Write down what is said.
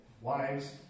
Wives